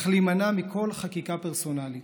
אך להימנע מכל חקיקה פרסונלית.